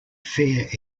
fare